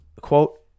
quote